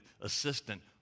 assistant